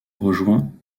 rejoint